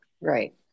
Right